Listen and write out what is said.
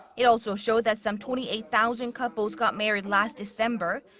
it also showed that some twenty eight thousand couples got married last december.